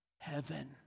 Heaven